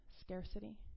scarcity